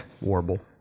Warble